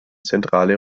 zentrale